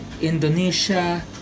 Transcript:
Indonesia